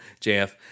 JF